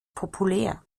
populär